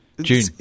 June